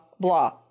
blah